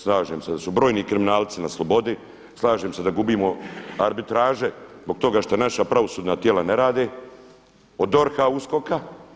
Slažem se da su brojni kriminalci na slobodi, slažem se da gubimo arbitraže zbog toga što naša pravosudna tijela ne rade, od DORH-a, USKOK-a.